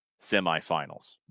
semifinals